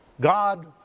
God